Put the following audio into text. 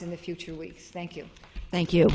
in the future we thank you thank you